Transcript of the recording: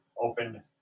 open